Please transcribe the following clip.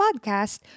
podcast